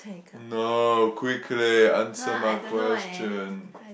no quickly answer my question